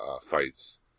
fights